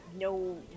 no